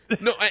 no